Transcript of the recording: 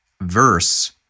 verse